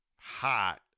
hot